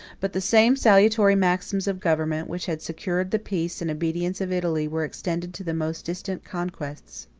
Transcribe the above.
but the same salutary maxims of government, which had secured the peace and obedience of italy were extended to the most distant conquests.